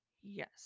Yes